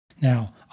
Now